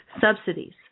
subsidies